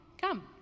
come